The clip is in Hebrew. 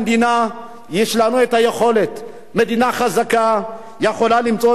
מדינה חזקה יכולה למצוא פתרונות, שכל אחד מאתנו